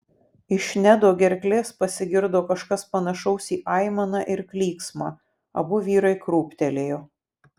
iš nedo gerklės pasigirdo kažkas panašaus į aimaną ir klyksmą abu vyrai krūptelėjo